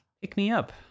Pick-me-up